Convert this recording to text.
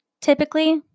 typically